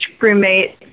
roommate